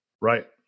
right